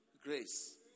grace